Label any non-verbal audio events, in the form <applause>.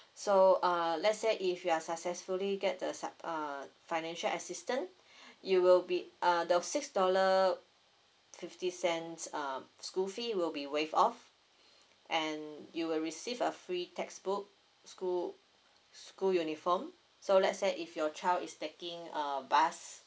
so uh let's say if you are successfully get the sub~ uh financial assistance <breath> you will be uh the six dollar fifty cents um school fee will be waive off and you will receive a free textbook school school uniform so let's say if your child is taking uh bus